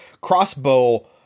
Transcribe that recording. crossbow